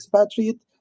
expatriate